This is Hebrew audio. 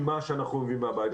עם מה שאנחנו מביאים מהבית.